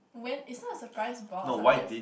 when it's not a surprise box like it just